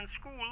school